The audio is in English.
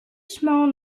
small